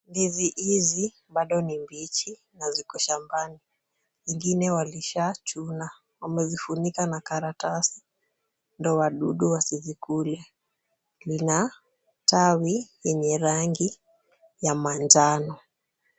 Ndizi hizi bado ni mbichi na ziko shambani, ingine walishachuna ,wamezifunika na karatasi, ndio wadudu wasizikule, ina tawi yenye rangi ya manjano .